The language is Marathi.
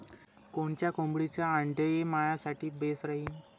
कोनच्या कोंबडीचं आंडे मायासाठी बेस राहीन?